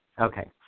okay